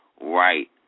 right